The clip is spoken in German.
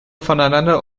voneinander